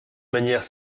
manière